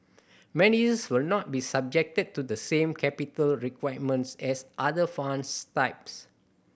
managers will not be subject to the same capital requirements as other funds types